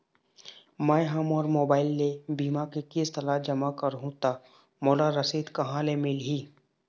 मैं हा मोर मोबाइल ले बीमा के किस्त ला जमा कर हु ता मोला रसीद कहां ले मिल ही?